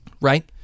Right